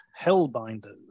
Hellbinders